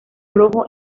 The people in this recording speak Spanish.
rojo